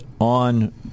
on